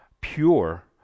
pure